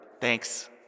Thanks